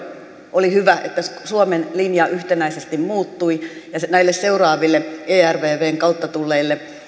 oli hyvä että suomen linja yhtenäisesti muuttui ja näille seuraaville ervvn kautta tulleille